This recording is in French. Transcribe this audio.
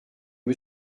que